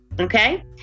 okay